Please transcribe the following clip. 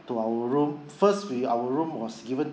to our room first we our room was given